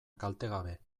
kaltegabe